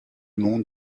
monde